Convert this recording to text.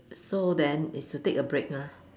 so then is to take a break lah